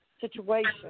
situation